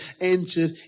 entered